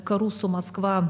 karų su maskva